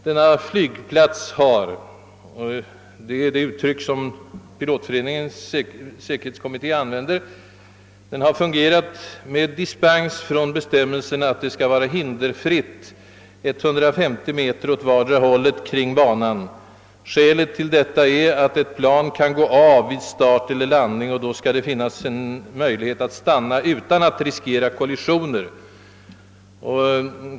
Denna flygplats har fungerat med »dispens» från bestämmelserna — det är det uttryck som Pilotföreningens flygsäkerhetskommitté använder — att det skall vara 'hinderfritt 150 meter åt vartdera hållet kring banan. Skälet till detta är att ett plan kan gå av banan vid start eller landning, och då skall det finnas möjlighet att stanna utan att riskera kollisioner.